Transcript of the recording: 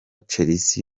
chelsea